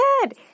good